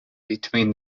between